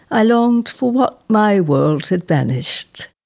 i longed for what my world had vanished.